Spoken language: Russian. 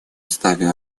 уставе